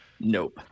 Nope